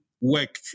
work